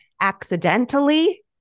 accidentally